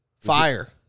Fire